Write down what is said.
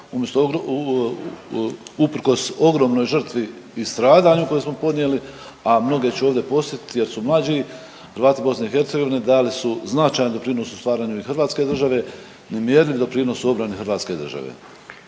usprkos ogromnoj žrtvi i stradanju koje smo podnijeli, a mnoge ću ovdje podsjetit jer su mlađi, Hrvati BiH dali su značajan doprinos u stvaranju i hrvatske države, nemjerljiv doprinos u obrani hrvatske države.